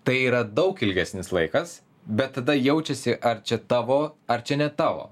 tai yra daug ilgesnis laikas bet tada jaučiasi ar čia tavo ar čia ne tavo